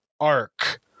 arc